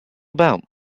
about